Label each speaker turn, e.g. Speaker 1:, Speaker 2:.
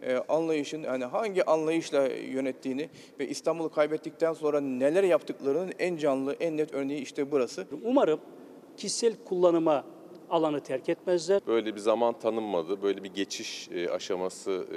Speaker 1: Ee, anlayışın, yani hangi anlayışla, e, yönettiğini ve İstanbul'u kaybettikten sonra neler yaptıklarının en canlı, en net örneği işte burası.
Speaker 2: Umarım kişisel kullanıma alanı terk etmezler.
Speaker 3: Böyle bir zaman tanınmadı, böyle bir geçiş, e, aşaması